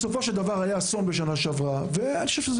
בסופו של דבר היה אסון בשנה שעברה ואני חושב שזו